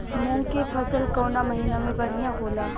मुँग के फसल कउना महिना में बढ़ियां होला?